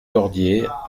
cordier